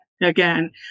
Again